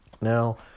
Now